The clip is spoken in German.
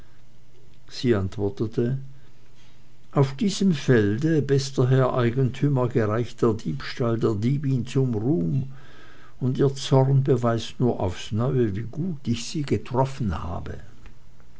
sie antwortete auf diesem felde bester herr eigentümer gereicht der diebstahl der diebin zum ruhm und ihr zorn beweist nur aufs neue wie gut ich sie getroffen habe